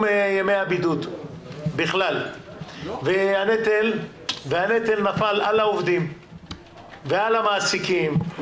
ימי הבידוד בכלל והנטל נפל על העובדים ועל המעסיקים.